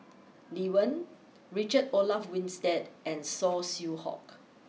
Lee Wen Richard Olaf Winstedt and Saw Swee Hock